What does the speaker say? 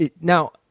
Now